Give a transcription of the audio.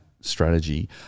strategy